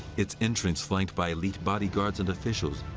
its entrance flanked by elite bodyguards and officials,